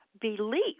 belief